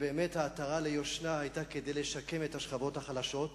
ובאמת החזרת העטרה ליושנה היתה כדי לשקם את השכבות החלשות.